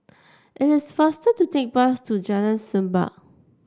it is faster to take the bus to Jalan Semerbak